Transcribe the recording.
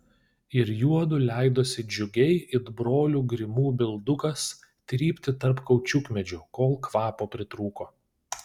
ir juodu leidosi džiugiai it brolių grimų bildukas trypti tarp kaučiukmedžių kol kvapo pritrūko